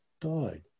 died